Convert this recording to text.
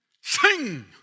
sing